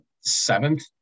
seventh